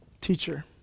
Teacher